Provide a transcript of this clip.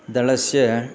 दलस्य